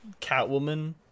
Catwoman